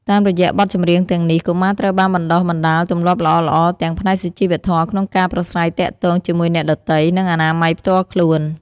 តាមរយៈបទចម្រៀងទាំងនេះ កុមារត្រូវបានបណ្ដុះបណ្ដាលទម្លាប់ល្អៗទាំងផ្នែកសុជីវធម៌ក្នុងការប្រាស្រ័យទាក់ទងជាមួយអ្នកដទៃ និងអនាម័យផ្ទាល់ខ្លួន។